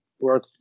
work